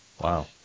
Wow